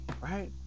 right